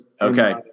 Okay